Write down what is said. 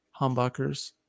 humbuckers